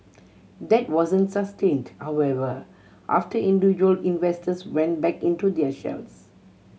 that wasn't sustained however after individual investors went back into their shells